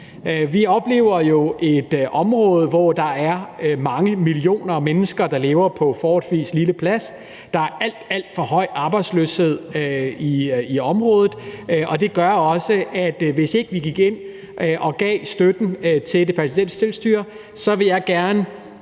Vi oplever jo et område, hvor der er mange millioner mennesker, der lever på forholdsvis lidt plads. Der er alt, alt for høj arbejdsløshed i området, og det gør også – vil jeg gerne sige meget klart – at hvis ikke vi gik ind